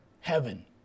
Heaven